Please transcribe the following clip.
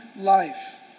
life